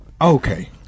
Okay